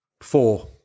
Four